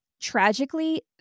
Tragically